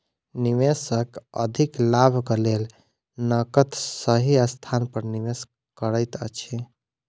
निवेशक अधिक लाभक लेल नकद सही स्थान पर निवेश करैत अछि